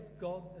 God